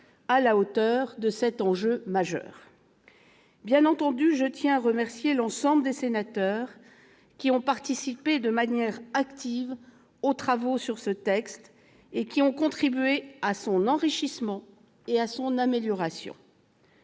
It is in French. à la hauteur de cet enjeu majeur. Bien entendu, je tiens à remercier l'ensemble des sénateurs qui ont participé de manière active aux travaux sur ce texte et ont contribué à son enrichissement et à son amélioration.